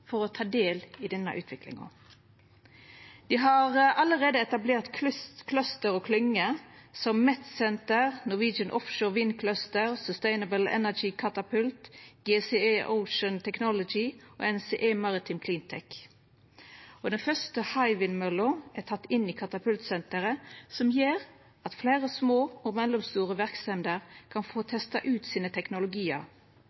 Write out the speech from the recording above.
for å ta del i denne utviklinga. Dei har allereie etablert kluster og klynger, som Metcentre, Norwegian Offshore Wind Cluster, Sustainable Energy Norwegian Catapult Centre, GCE Ocean Technology og NCE Maritime CleanTech. Den første Hywindmølla er teke inn i katapultsenteret, noko som gjer at fleire små og mellomstore verksemder kan få